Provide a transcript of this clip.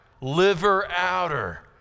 Liver-outer